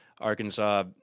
Arkansas